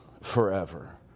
forever